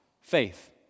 faith